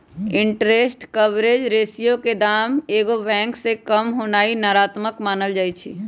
interest coverage ratio के दाम एगो अंक से काम होनाइ नकारात्मक मानल जाइ छइ